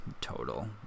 total